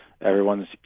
everyone's